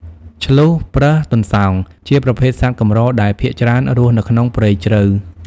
ឈ្លូស ប្រើស ទន្សោង ជាប្រភេទសត្វកម្រដែលភាគច្រើនរស់នៅក្នុងព្រៃជ្រៅ។